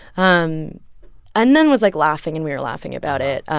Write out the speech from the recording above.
um and then was, like, laughing, and we were laughing about it.